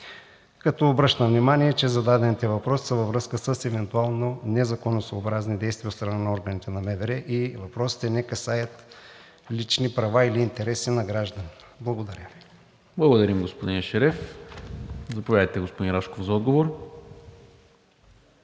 Обръщам внимание, че зададените въпроси са във връзка с евентуално незаконосъобразни действия от страна на органите на МВР и въпросите не касаят лични права или интереси на гражданите. Благодаря Ви. ПРЕДСЕДАТЕЛ НИКОЛА МИНЧЕВ: Благодаря, господин Ешереф. Заповядайте, господин Рашков, за отговор.